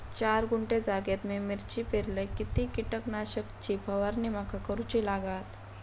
चार गुंठे जागेत मी मिरची पेरलय किती कीटक नाशक ची फवारणी माका करूची लागात?